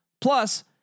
Plus